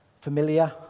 familiar